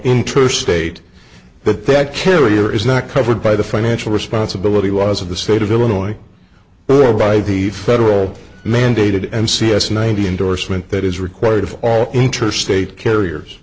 interstate but that carrier is not covered by the financial responsibility was of the state of illinois who by the federal mandated m c s ninety indorsement that is required of all interstate carriers